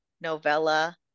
novella